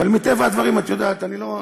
אבל מטבע הדברים, את יודעת, אני לא,